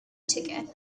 ticket